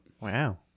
Wow